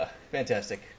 Fantastic